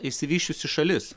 išsivysčiusi šalis